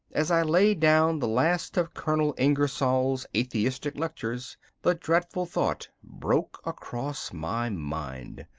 as i laid down the last of colonel ingersoll's atheistic lectures the dreadful thought broke across my mind,